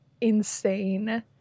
insane